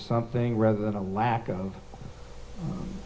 something rather than a lack of